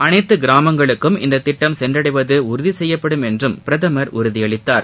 அனைத்து கிராமங்களுக்கும் இந்தத்திட்டம் சென்றளடவது உறுதி செய்யப்படும் என்று பிரதமர் உறுதியளித்தார்